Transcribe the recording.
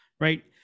Right